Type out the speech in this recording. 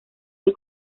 del